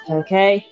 okay